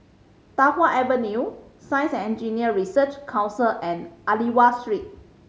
Tai Hwan Avenue Science and Engineering Research Council and Aliwal Street